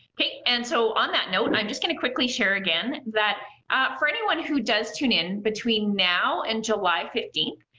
okay and so on that note, i'm just gonna quickly share again, that for anyone who does tune in between now and july fifteenth,